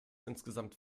insgesamt